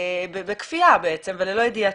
בכפייה בעצם וללא ידיעתה.